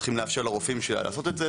צריכים לאפשר לרופאים לעשות את זה,